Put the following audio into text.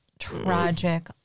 tragic